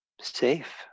safe